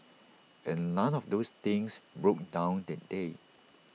and none of those things broke down that day